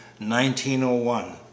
1901